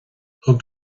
thug